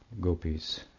gopis